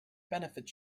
benefit